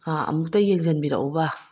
ꯑꯥ ꯑꯃꯨꯛꯇ ꯌꯦꯡꯁꯤꯟꯕꯤꯔꯛꯎꯕ